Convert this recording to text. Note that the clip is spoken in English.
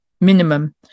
minimum